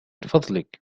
فضلك